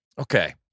Okay